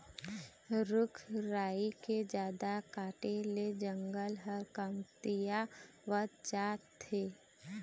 रूख राई के जादा काटे ले जंगल ह कमतियावत जात हे